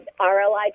RLI